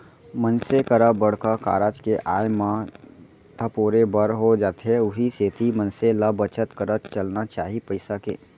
मनसे करा बड़का कारज के आय म धपोरे बर हो जाथे उहीं सेती मनसे ल बचत करत चलना चाही पइसा के